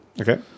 Okay